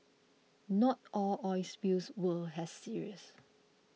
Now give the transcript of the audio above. not all oil spills were as serious